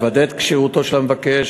לוודא את כשירותו של המבקש,